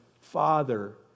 father